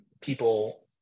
people